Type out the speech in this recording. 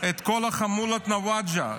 את כל חמולת נוואג'עה,